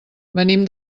venim